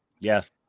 Yes